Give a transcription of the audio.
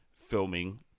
filming